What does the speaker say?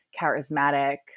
charismatic